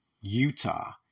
Utah